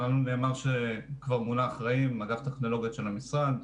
לנו נאמר שכבר מונה אחראי מאגף טכנולוגיות של המשרד,